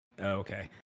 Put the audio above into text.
okay